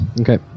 Okay